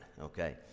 okay